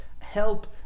help